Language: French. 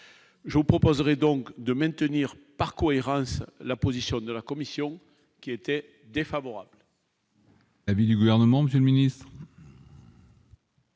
je vous proposerai donc de maintenir, par cohérence, la position de la commission qui était défavorable.